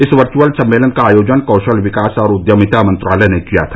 इस वर्ष्यअल सम्मेलन का आयोजन कौशल विकास और उद्यमिता मंत्रालय ने किया था